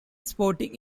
sporting